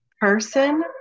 person